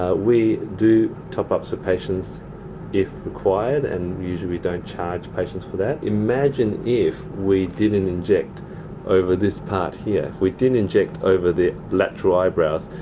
ah we do top offs for patients if required and usually we don't charge patients for that. imagine if we didn't inject over this part here. if we didn't inject over the lateral eyebrows.